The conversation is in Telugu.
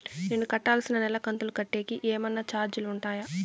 నేను కట్టాల్సిన నెల కంతులు కట్టేకి ఏమన్నా చార్జీలు ఉంటాయా?